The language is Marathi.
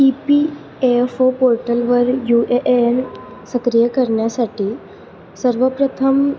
E P A F O पोर्टलवर यू ए ए एन सक्रिय करण्यासाठी सर्वप्रथम